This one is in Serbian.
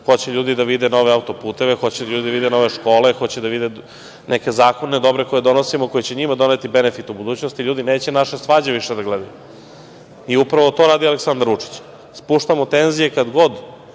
hoće ljudi da vide nove autoputeve, hoće ljudi da vide nove škole, hoće da vide neke zakone dobre koje donosimo, koji će njima doneti benefite u budućnosti, ljudi neće naše svađe više da gledaju i upravo to radi Aleksandar Vučić. Spuštamo tenzije kad god